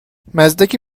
مزدک